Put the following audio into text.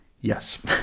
Yes